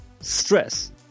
stress